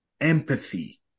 empathy